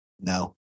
No